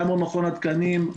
גם במכון התקנים,